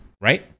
Right